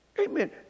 Amen